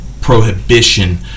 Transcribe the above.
prohibition